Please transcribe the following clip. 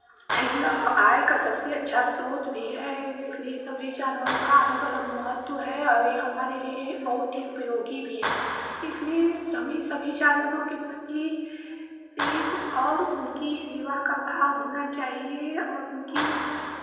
यह आय का सबसे अच्छा स्रोत भी है इसलिये सभी जानवरों का अलग अलग महत्व है और ये हमारे लिये बहुत ही उपयोगी भी हैं इसलिये हमें सभी जानवरों के पति ये और उनकी सेवा का भाव होना चाहिए और उनकी